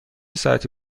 ساعتی